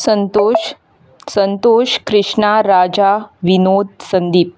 Santosh Santosh Krishna Raja Vinod Sandeep